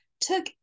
took